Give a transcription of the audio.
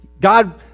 God